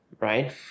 Right